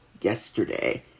yesterday